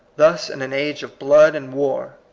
thus, in an age of blood and war,